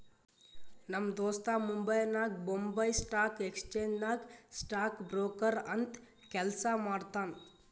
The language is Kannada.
ನಮ್ ದೋಸ್ತ ಮುಂಬೈನಾಗ್ ಬೊಂಬೈ ಸ್ಟಾಕ್ ಎಕ್ಸ್ಚೇಂಜ್ ನಾಗ್ ಸ್ಟಾಕ್ ಬ್ರೋಕರ್ ಅಂತ್ ಕೆಲ್ಸಾ ಮಾಡ್ತಾನ್